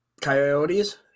Coyotes